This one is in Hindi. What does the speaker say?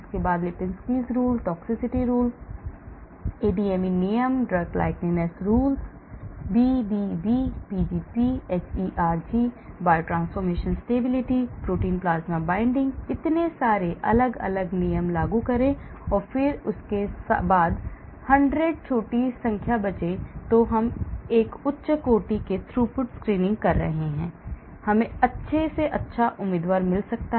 उसके बाद Lipinski's rule toxicity rule ADME नियम drug likeness rules BBB PgP hERG biotransformation stability protein plasma binding इतने सारे अलग अलग नियम लागू करें और फिर उसके बाद 100छोटी संख्या बचे हम एक उच्च थ्रूपुट स्क्रीनिंग कर सकते हैं हमें सबसे अच्छे उम्मीदवार मिलेंगे